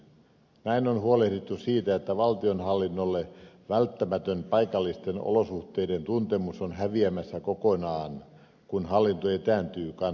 näin on huolehdittu siitä että valtionhallinnolle välttämätön paikallisten olosuhteiden tuntemus on häviämässä kokonaan kun hallinto etääntyy kansalaisista